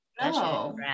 No